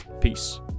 Peace